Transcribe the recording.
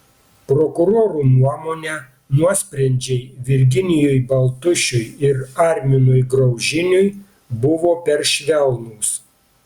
prokurorų nuomone nuosprendžiai virginijui baltušiui ir arminui graužiniui buvo per švelnūs